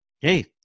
Hey